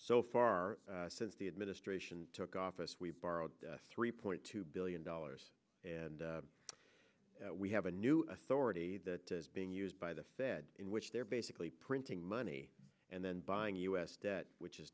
so far since the administration took office we borrowed three point two billion dollars and we have a new authority that is being used by the fed in which they're basically printing money and then buying u s debt which is